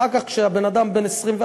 אחר כך, כשהבן-אדם בן 24,